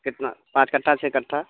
کتنا پانچ کٹھا چھ کٹھا